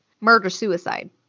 Murder-suicide